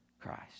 Christ